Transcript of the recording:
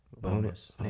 bonus